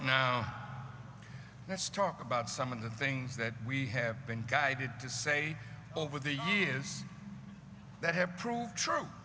now let's talk about some of the things that we have been guided to say over the years that have proved true